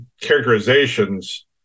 characterizations